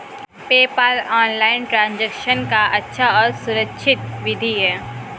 PayPal online transaction का अच्छा और सुरक्षित विधि है